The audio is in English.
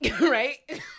Right